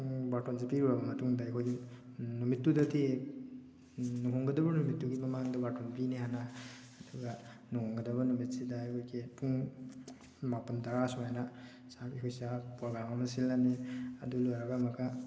ꯕꯥꯔꯇꯣꯟꯁꯦ ꯄꯤꯔꯨꯔꯕ ꯃꯇꯨꯡꯗ ꯑꯩꯈꯣꯏꯒꯤ ꯅꯨꯃꯤꯠꯇꯨꯗꯗꯤ ꯂꯨꯍꯣꯡꯒꯗꯧꯔꯤꯕ ꯅꯨꯃꯤꯠꯇꯨꯒꯤ ꯃꯃꯥꯡꯗ ꯕꯥꯔꯇꯣꯟ ꯄꯤꯅꯤ ꯍꯥꯟꯅ ꯑꯗꯨꯒ ꯂꯨꯍꯣꯡꯒꯗꯕ ꯅꯨꯃꯤꯠꯁꯤꯗ ꯑꯩꯈꯣꯏꯒꯤ ꯄꯨꯡ ꯃꯥꯄꯟ ꯇꯔꯥ ꯁꯨꯃꯥꯏꯅ ꯆꯥꯛ ꯑꯩꯈꯣꯏ ꯆꯥꯛ ꯄ꯭ꯔꯣꯒ꯭ꯔꯥꯝ ꯑꯃ ꯁꯤꯜꯂꯅꯤ ꯑꯗꯨ ꯂꯣꯏꯔꯒ ꯑꯃꯨꯛꯀ